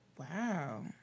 Wow